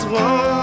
one